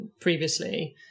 previously